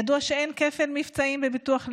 ידוע שאין כפל מבצעים בביטוח לאומי,